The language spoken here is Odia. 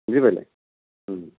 ବୁଝିପାଇଲେ